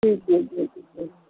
ਜੀ ਜੀ ਜੀ ਜੀ ਜੀ